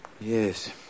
yes